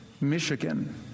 Michigan